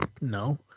No